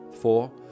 four